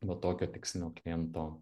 va tokio tikslinio kliento